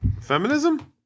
feminism